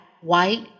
white